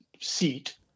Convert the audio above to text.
seat